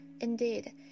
Indeed